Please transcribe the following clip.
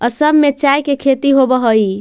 असम में चाय के खेती होवऽ हइ